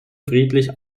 friedlich